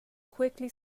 quickly